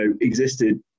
existed